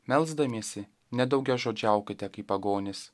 melsdamiesi nedaugiažodžiaukite kaip pagonys